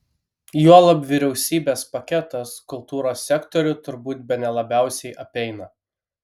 juolab vyriausybės paketas kultūros sektorių turbūt bene labiausiai apeina